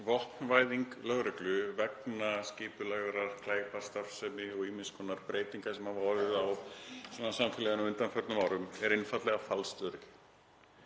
Vopnavæðing lögreglu vegna skipulagðrar glæpastarfsemi og ýmiss konar breytinga sem hafa orðið á samfélaginu á undanförnum árum er einfaldlega falskt öryggi.